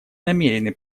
намерены